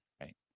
right